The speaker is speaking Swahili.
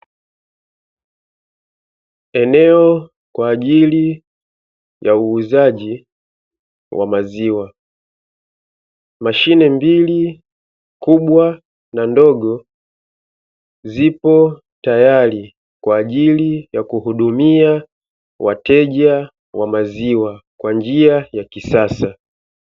Eneo kwa ajili ya uuzaji wa maziwa, mashine mbili kubwa na ndogo zipo tayari kwa ajili ya kuhudumia wateja wa maziwa kwa njia ya kisasa.